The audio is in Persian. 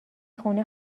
خونه